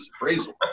appraisal